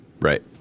Right